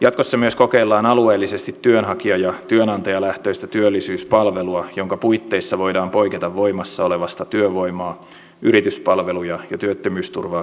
jatkossa myös kokeillaan alueellisesti työnhakija ja työnantajalähtöistä työllisyyspalvelua jonka puitteissa voidaan poiketa voimassa olevasta työvoimaa yrityspalveluja ja työttömyysturvaa koskevasta lainsäädännöstä